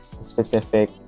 specific